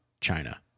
China